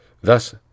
Thus